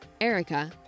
Erica